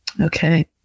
Okay